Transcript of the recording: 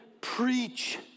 preach